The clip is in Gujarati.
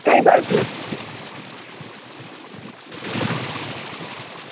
કઈ બાજુ